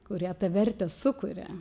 kurie tą vertę sukuria